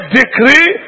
decree